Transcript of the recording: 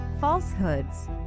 falsehoods